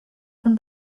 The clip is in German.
von